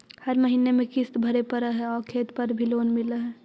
हर महीने में किस्त भरेपरहै आउ खेत पर भी लोन मिल है?